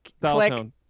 Click